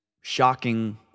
shocking